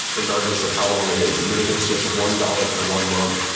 regardless of how long it is. even if it's just one dollars for one month,